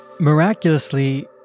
Miraculously